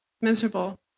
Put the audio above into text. miserable